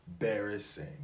Embarrassing